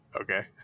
Okay